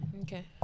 Okay